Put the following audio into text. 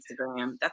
Instagram